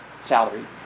salary